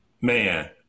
Man